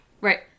Right